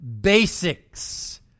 basics